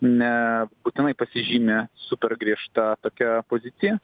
nebūtinai pasižymi super griežta tokia pozicija